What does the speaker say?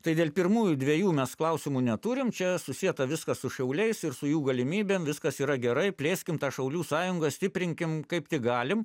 tai dėl pirmųjų dvejų mes klausimų neturim čia susieta viskas su šiauliais ir su jų galimybėm viskas yra gerai plėskim tą šaulių sąjungą stiprinkim kaip tik galim